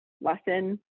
lesson